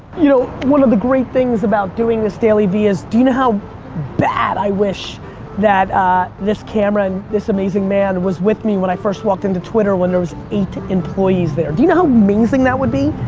you know, one of the great things about doing this dailyvee is do you know how bad i wish that this camera and this amazing man was with me when i first walked into twitter when there was eight employees there. do you know how amazing that would be?